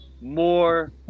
more